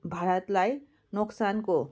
भारतलाई नोक्सानको